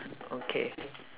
okay